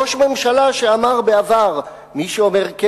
ראש ממשלה שאמר בעבר: מי שאומר כן